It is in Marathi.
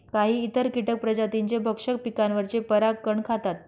काही इतर कीटक प्रजातींचे भक्षक पिकांवरचे परागकण खातात